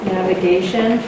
navigation